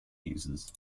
users